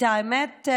האמת,